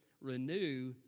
renew